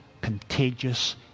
contagious